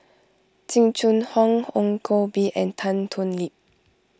Jing Jun Hong Ong Koh Bee and Tan Thoon Lip